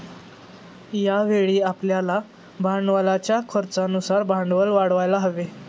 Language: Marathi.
यावेळी आपल्याला भांडवलाच्या खर्चानुसार भांडवल वाढवायला हवे